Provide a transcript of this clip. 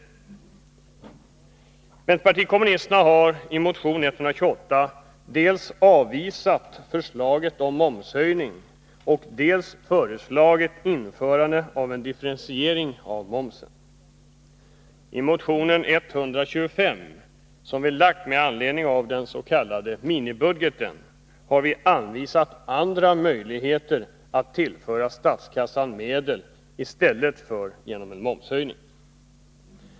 Vänsterpartiet kommunisterna har i motion 128 dels avvisat förslaget om momshöjning, dels föreslagit införandet av en differentiering av momsen. I motion 125, som vi väckt med anledning av den s.k. minibudgeten, har vi anvisat andra möjligheter att tillföra statskassan medel än genom en momshöjning.